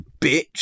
Bitch